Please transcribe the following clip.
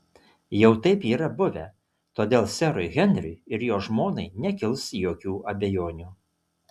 jau taip yra buvę todėl serui henriui ir jo žmonai nekils jokių abejonių